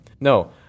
No